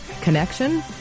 connection